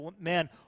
man